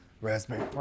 Raspberry